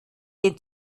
den